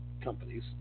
companies